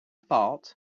fault